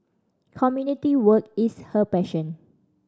community work is her passion